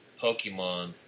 Pokemon